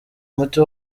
umuti